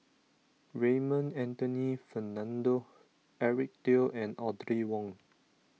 Raymond Anthony Fernando Eric Teo and Audrey Wong